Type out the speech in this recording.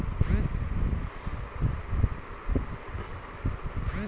daffodil मुख्य रूप से वसंत फूल बारहमासी पौधों का एक जीनस है